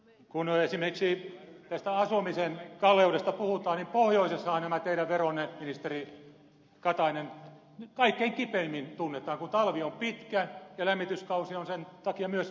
kun esimerkiksi tästä asumisen kalleudesta puhutaan niin pohjoisessahan nämä teidän veronne ministeri katainen kaikkein kipeimmin tunnetaan kun talvi on pitkä ja lämmityskausi on sen takia myös pitempi